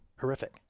horrific